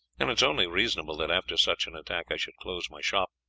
and it is only reasonable that after such an attack i should close my shop.